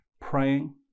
praying